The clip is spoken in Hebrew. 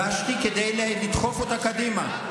הגשתי כדי לדחוף אותה קדימה.